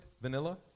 Vanilla